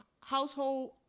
household